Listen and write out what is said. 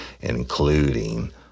including